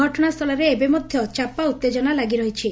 ଘଟଣାସ୍କଳରେ ଏବେ ମଧ୍ୟ ଚାପା ଉତେକନା ଲାଗି ରହିଛି